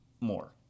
more